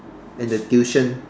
and the tuition